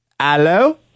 Hello